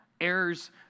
Errors